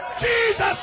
Jesus